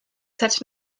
hätte